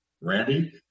Randy